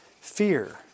fear